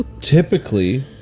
typically